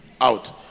Out